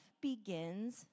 begins